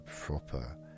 proper